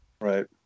right